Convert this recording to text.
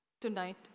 tonight